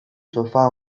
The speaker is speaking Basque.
sofa